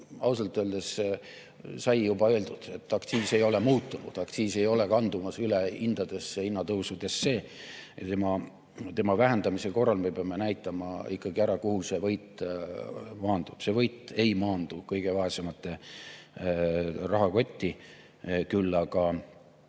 ausalt öeldes sai juba öeldud, et aktsiis ei ole muutunud, aktsiis ei ole kandumas üle hindadesse ja hinnatõusudesse, tema vähendamise korral me peame ikkagi näitama ära, kuhu see võit maandub. See võit ei maandu kõige vaesemate rahakotti. Küll aga